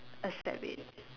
accept it